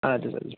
اَدٕ حظ اَدٕ حظ